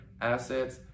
assets